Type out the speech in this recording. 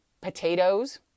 potatoes